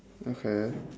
okay